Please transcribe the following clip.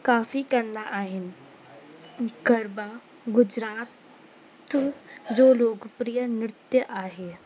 काफ़ी कंदा आहिनि गरबा गुजरात जो लोकप्रिय नृत्य आहे